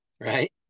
right